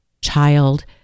Child